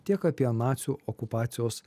tiek apie nacių okupacijos